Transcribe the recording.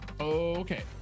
Okay